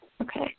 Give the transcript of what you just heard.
Okay